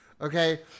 Okay